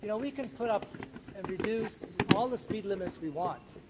you know we can put up and reduce all the speed limits we want,